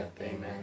Amen